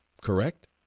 Correct